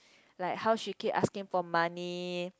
like how she keep asking for money